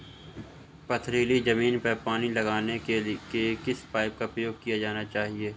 पथरीली ज़मीन पर पानी लगाने के किस पाइप का प्रयोग किया जाना चाहिए?